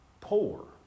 Poor